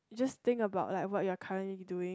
just think about like what you are currently doing